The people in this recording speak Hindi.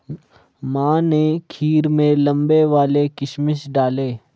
माँ ने खीर में लंबे वाले किशमिश डाले